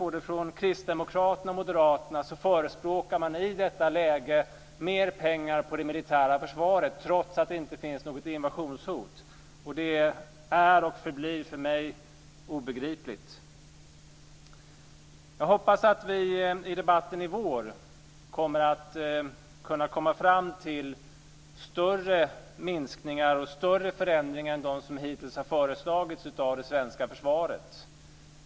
Både från Kristdemokraterna och Moderaterna förespråkar man i detta läge mer pengar på det militära försvaret, trots att det inte finns något invasionshot. Det är och förblir för mig obegripligt. Jag hoppas att vi i debatten i vår kommer att kunna komma fram till större minskningar och större förändringar av det svenska försvaret än de som hittills har föreslagits.